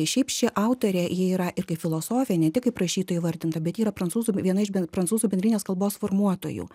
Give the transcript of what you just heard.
šiaip ši autorė ji yra ir kaip filosofė ne tik kaip rašytoja įvardinta bet ji yra prancūzų viena iš bent prancūzų bendrinės kalbos formuotojų